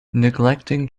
neglecting